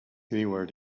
anywhere